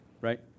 right